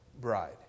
bride